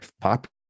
popular